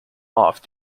off